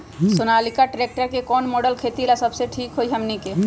Sonalika tractor के कौन model खेती ला सबसे ठीक होई हमने की?